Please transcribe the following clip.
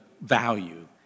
value